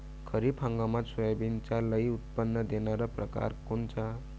खरीप हंगामात सोयाबीनचे लई उत्पन्न देणारा परकार कोनचा?